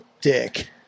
dick